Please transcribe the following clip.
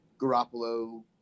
Garoppolo